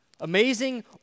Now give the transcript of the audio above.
Amazing